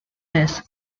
nest